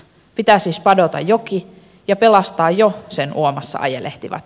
pitää siis padota joki ja pelastaa jo sen uomassa ajelehtivat